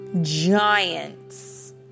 giants